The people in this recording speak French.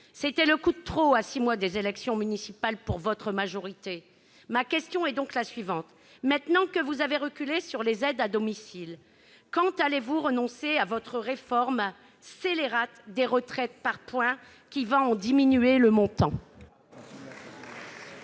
C'était le coup de trop à six mois des élections municipales pour votre majorité. Ma question est donc la suivante : maintenant que vous avez reculé sur les aides à domicile, quand allez-vous renoncer à votre réforme scélérate des retraites par points qui va en diminuer le montant ?